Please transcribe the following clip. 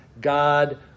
God